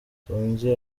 tonzi